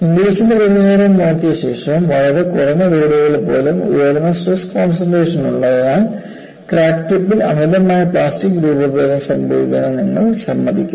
ഇംഗ്ലിസിന്റെ പരിഹാരം നോക്കിയ ശേഷം വളരെ കുറഞ്ഞ ലോഡുകളിൽ പോലും ഉയർന്ന സ്ട്രെസ് കോൺസെൻട്രേഷൻ ഉള്ളതിനാൽ ക്രാക്ക് ടിപ്പിൽ അമിതമായ പ്ലാസ്റ്റിക് രൂപഭേദം സംഭവിക്കുമെന്ന് നിങ്ങൾ സമ്മതിക്കും